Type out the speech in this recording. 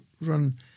run